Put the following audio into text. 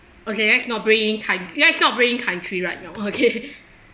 okay let's not bring in coun~ let's not bring in country right now okay